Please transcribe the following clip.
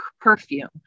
perfume